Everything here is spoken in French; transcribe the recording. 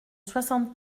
soixante